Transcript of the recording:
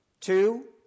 Two